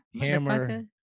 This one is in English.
hammer